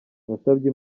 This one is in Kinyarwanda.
nasabye